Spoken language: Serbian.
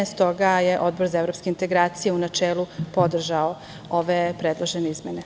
S toga je Odbor za evropske integracije u načelu podržao ove predložene izmene.